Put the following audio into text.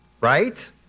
right